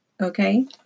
Okay